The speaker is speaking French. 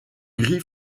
gris